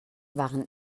waren